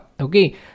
Okay